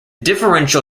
differential